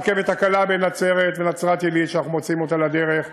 יש רכבת קלה בנצרת ובנצרת-עילית שאנחנו מוציאים לדרך.